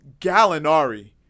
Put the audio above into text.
Gallinari